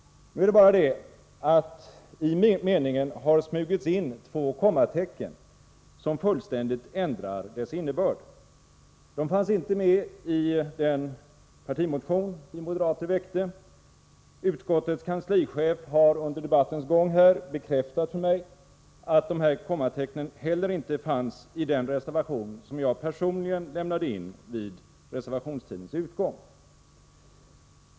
Nu är det bara det att i meningen har smugits in två kommatecken som fullständigt ändrar dess innebörd. De fanns inte med i den partimotion som vi moderater väckte. Utskottets kanslichef har under debattens gång bekräftat för mig att de här kommatecknen heller inte fanns i den reservation som jag personligen lämnade in vid reservationstidens utgång.